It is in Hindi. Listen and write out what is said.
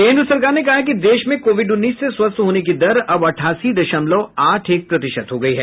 केन्द्र सरकार ने कहा है कि देश में कोविड उन्नीस से स्वस्थ होने की दर अब अठासी दशमलव आठ एक प्रतिशत हो गई है